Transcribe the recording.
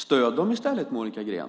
Stöd dem i stället, Monica Green!